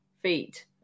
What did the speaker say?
feet